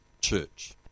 church